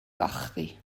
gochddu